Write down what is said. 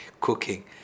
cooking